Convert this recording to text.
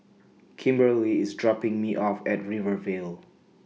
Kimberely IS dropping Me off At Rivervale